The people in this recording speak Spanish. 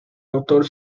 autor